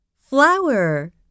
flower